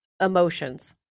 emotions